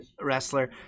wrestler